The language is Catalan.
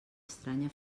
estranya